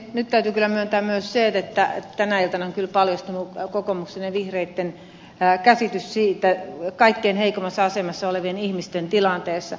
nyt täytyy kyllä myöntää myös se että tänä iltana on paljastunut kokoomuksen ja vihreitten käsitys kaikkein heikoimmassa asemassa olevien ihmisten tilanteesta